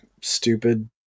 stupid